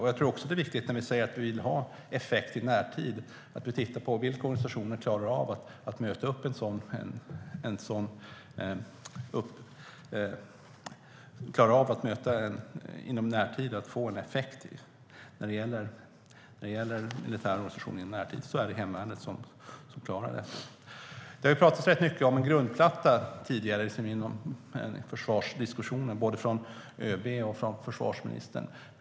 Det är också viktigt att när vi säger att vi vill ha effekt i närtid att vi tittar på vilka militära organisationer som klarar av detta; det är hemvärnet. Både ÖB och försvarsministern har tidigare i försvarsdiskussionen pratat mycket om en grundplatta.